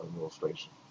illustration